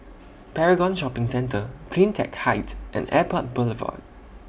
Paragon Shopping Centre CleanTech Height and Airport Boulevard